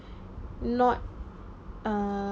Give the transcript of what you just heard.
not err